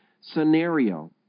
scenario